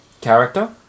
character